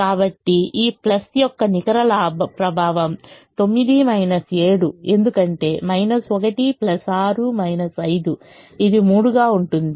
కాబట్టి ఈ యొక్క నికర ప్రభావం 9 7 ఎందుకంటే 1 6 5 ఇది 3 గా ఉంటుంది